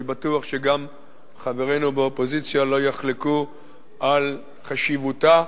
ואני בטוח שגם חברינו באופוזיציה לא יחלקו על חשיבותה.